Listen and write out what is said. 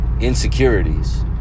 insecurities